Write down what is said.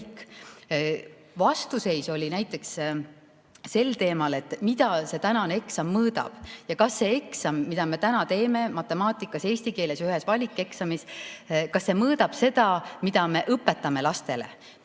Vastuseis oli näiteks sel teemal, mida see tänane eksam mõõdab ja kas see eksam, mida me teeme matemaatikas, eesti keeles ja ühes valik[aines], mõõdab seda, mida me õpetame lastele,